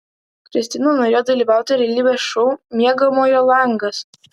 kristina norėjo dalyvauti realybės šou miegamojo langas